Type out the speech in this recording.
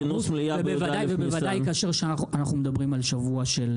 ובוודאי כאשר אנחנו מדברים על שבוע של תקציב.